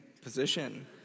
position